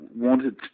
wanted